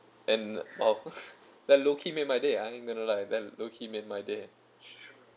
and !wah! that low key made my day I ain't gonna lie that low key made my day